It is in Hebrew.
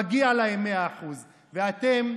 ומגיע להם 100%. ואתם,